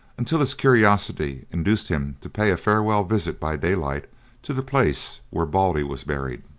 until his curiosity induced him to pay a farewell visit by daylight to the place where baldy was buried.